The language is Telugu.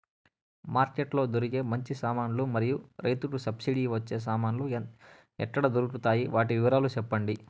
మార్కెట్ లో దొరికే మంచి సామాన్లు మరియు రైతుకు సబ్సిడి వచ్చే సామాన్లు ఎక్కడ దొరుకుతాయి? వాటి వివరాలు సెప్పండి?